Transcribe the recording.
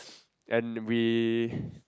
and we